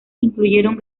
incluyeron